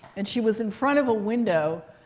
and she was in front of a window.